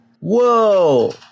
Whoa